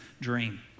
dream